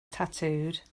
tattooed